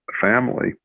family